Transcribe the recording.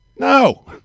No